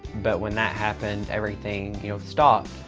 but when that happened, everything you know stopped.